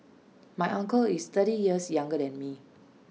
my uncle is thirty years younger than me